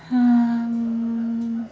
um